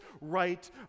right